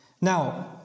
Now